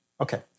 Okay